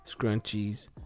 scrunchies